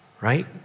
right